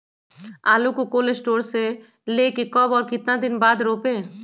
आलु को cold store से ले के कब और कितना दिन बाद रोपे?